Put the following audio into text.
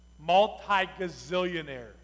Multi-gazillionaire